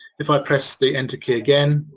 if i press the enter key again,